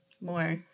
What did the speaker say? more